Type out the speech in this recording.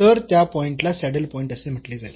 तर त्या पॉईंट ला सॅडल पॉईंट असे म्हटले जाईल